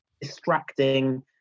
distracting